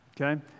okay